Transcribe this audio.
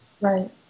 Right